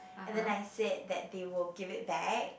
and then I said that they will give it back